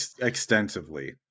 extensively